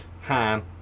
ham